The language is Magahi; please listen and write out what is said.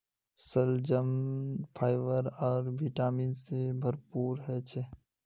शलजम फाइबर आर विटामिन से भरपूर ह छे